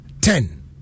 Ten